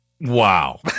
Wow